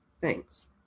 Thanks